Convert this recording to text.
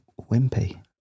Wimpy